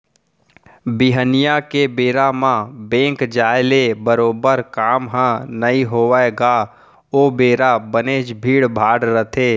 बिहनिया के बेरा म बेंक जाय ले बरोबर काम ह नइ होवय गा ओ बेरा बनेच भीड़ भाड़ रथे